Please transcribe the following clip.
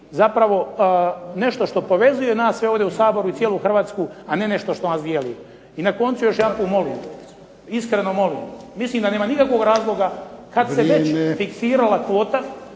zapravo nešto što povezuje nas sve ovdje u Saboru i cijelu Hrvatsku, a ne nešto što nas dijeli. I na koncu još jedanput molim, iskreno molim, mislim da nema nikakvog razloga kad se već fiksirala kvota,